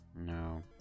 No